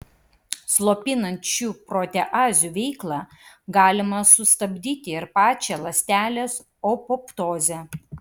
slopinant šių proteazių veiklą galima sustabdyti ir pačią ląstelės apoptozę